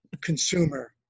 consumer